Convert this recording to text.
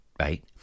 right